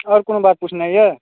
आओर कोनो बात पूछनाइ यऽ